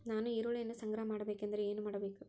ನಾನು ಈರುಳ್ಳಿಯನ್ನು ಸಂಗ್ರಹ ಮಾಡಬೇಕೆಂದರೆ ಏನು ಮಾಡಬೇಕು?